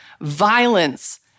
violence